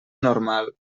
normal